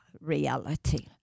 reality